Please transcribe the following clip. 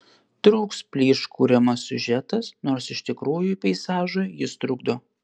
trūks plyš kuriamas siužetas nors iš tikrųjų peizažui jis trukdo